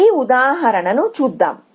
ఈ ఉదాహరణను చూద్దాం